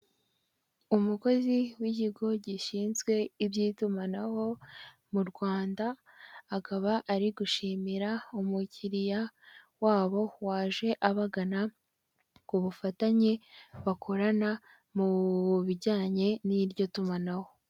Umukozi w'ikigo gishinzwe iby'itumanaho mu Rwanda, akaba ari gushimira umukiriya wabo waje abagana ku bufatanye bakorana mu bijyanye n'iryo tumanaho.